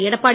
Edappadi